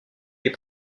est